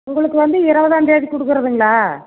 உங்களுக்கு வந்து இருபதாந்தேதி கொடுக்குறதுங்களா